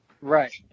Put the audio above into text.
Right